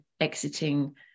exiting